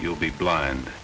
you'll be blind